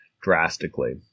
drastically